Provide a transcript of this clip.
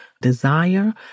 desire